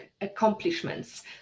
accomplishments